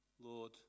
Lord